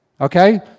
Okay